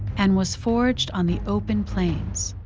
and was forged on the open plains.